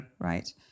right